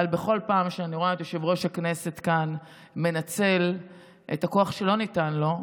אבל בכל פעם שאני רואה את יושב-ראש הכנסת כאן מנצל את הכוח שלא ניתן לו,